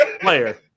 Player